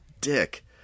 dick